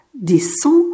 descend